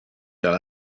del